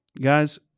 guys